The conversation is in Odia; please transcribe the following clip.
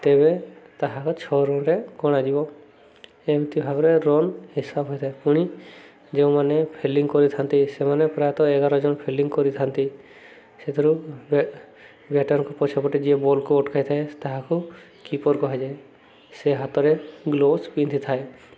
ତେବେ ତାହାକୁ ଛଅ ରନ୍ରେ ଗଣାଯିବ ଏମିତି ଭାବରେ ରନ୍ ହିସାବ ହୋଇଥାଏ ପୁଣି ଯେଉଁମାନେ ଫିଲ୍ଡିଙ୍ଗ୍ କରିଥାନ୍ତି ସେମାନେ ପ୍ରାୟତଃ ଏଗାର ଜଣ ଫିଲ୍ଡିଙ୍ଗ୍ କରିଥାନ୍ତି ସେଥିରୁ ବ୍ୟାଟର୍ଙ୍କ ପଛପଟେ ଯିଏ ବଲ୍କୁ ଅଟକାଇଥାଏ ତାହାକୁ କିପର୍ କୁହାଯାଏ ସେ ହାତରେ ଗ୍ଲୋସ୍ ପିନ୍ଧିଥାଏ